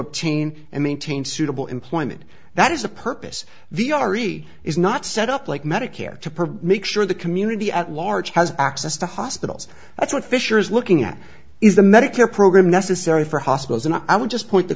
obtain and maintain suitable employment that is the purpose the ari is not set up like medicare to provide make sure the community at large has access to hospitals that's what fisher is looking at is the medicare program necessary for hospitals and i would just point the